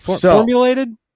Formulated